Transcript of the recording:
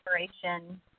inspiration